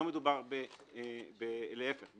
להפך-